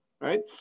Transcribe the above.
right